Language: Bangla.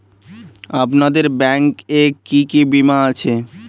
আপনাদের ব্যাংক এ কি কি বীমা আছে?